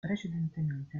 precedentemente